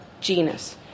genus